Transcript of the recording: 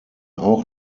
auch